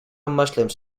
muslims